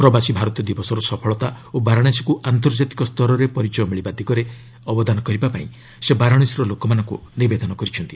ପ୍ରବାସୀ ଭାରତୀୟ ଦିବସର ସଫଳତା ଓ ବାରାଣାସୀକୁ ଆନ୍ତର୍ଜାତିକ ସ୍ତରରେ ପରିଚୟ ମିଳିବା ଦିଗରେ ଅବଦାନ କରିବାକୁ ସେ ବାରାଣାସୀର ଲୋକମାନଙ୍କୁ ନିବେଦନ କରିଛନ୍ତି